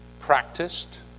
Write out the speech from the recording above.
practiced